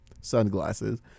sunglasses